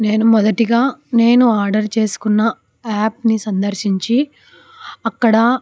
నేను మొదటిగా నేను ఆర్డర్ చేసుకున్న యాప్ని సందర్శించి అక్కడ